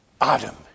Adam